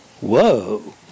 whoa